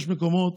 יש מקומות